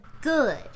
good